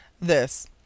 This